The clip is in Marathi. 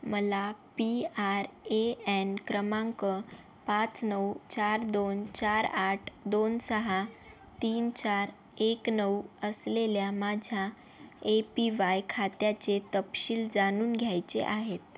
मला पी आर ए एन क्रमांक पाच नऊ चार दोन चार आठ दोन सहा तीन चार एक नऊ असलेल्या माझ्या ए पी वाय खात्याचे तपशील जाणून घ्यायचे आहेत